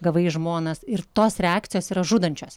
gavai į žmonas ir tos reakcijos yra žudančios